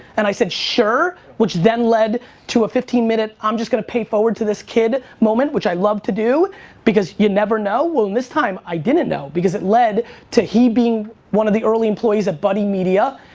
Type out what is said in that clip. and i said sure, which then lead to a fifteen minute i'm just going to pay forward to this kid moment which i love to do because you never know. well, this time i didn't know because it lead to he being one of the early employees at buddymedia.